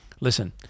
Listen